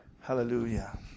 Hallelujah